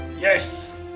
yes